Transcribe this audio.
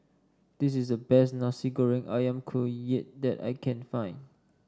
this is the best Nasi Goreng ayam Kunyit that I can find